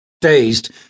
Dazed